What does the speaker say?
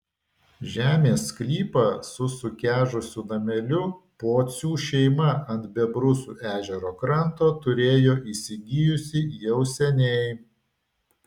žemės sklypą su sukežusiu nameliu pocių šeima ant bebrusų ežero kranto turėjo įsigijusi jau seniai